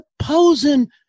supposing